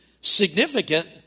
significant